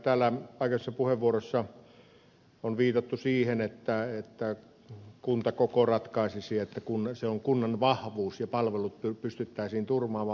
täällä aikaisemmissa puheenvuoroissa on viitattu siihen että kuntakoko ratkaisisi että se on kunnan vahvuus ja palvelut pystyttäisiin turvaamaan